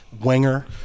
winger